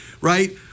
right